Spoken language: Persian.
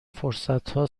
فرصتها